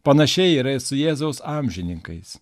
panašiai yra ir su jėzaus amžininkais